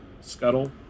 Scuttle